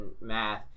math